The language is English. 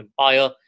Empire